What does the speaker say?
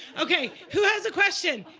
ok, who has a question?